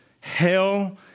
hell